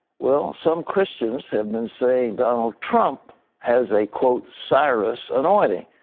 well, some christians have been saying donald trump has a, quote, cyrus anointing.